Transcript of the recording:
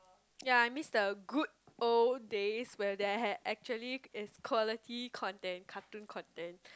ya I miss the good old days where there had actually is quality content cartoon content